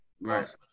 Right